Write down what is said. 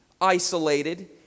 isolated